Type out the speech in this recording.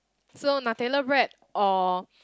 so Nutella bread or